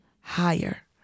higher